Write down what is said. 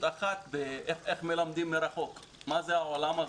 אחת בנושא איך מלמדים מרחוק ומה זה העולם הזה.